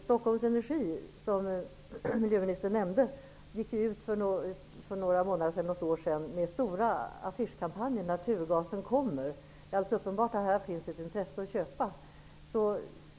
Stockholm Energi, som miljöministern nämnde, gick för några månader sedan ut med en stor affischkampanj där man sade att naturgasen kommer. Där finns alldeles uppenbart ett intresse för att köpa.